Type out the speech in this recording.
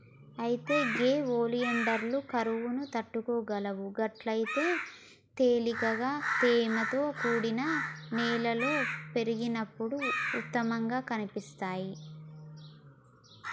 అయితే గే ఒలియాండర్లు కరువును తట్టుకోగలవు గట్లయితే తేలికగా తేమతో కూడిన నేలలో పెరిగినప్పుడు ఉత్తమంగా కనిపిస్తాయి